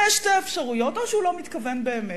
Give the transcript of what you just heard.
הרי יש שתי אפשרויות: או שהוא לא מתכוון באמת,